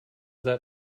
that